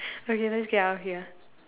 okay let's get out of here